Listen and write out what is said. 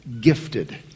Gifted